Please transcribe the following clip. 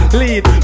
lead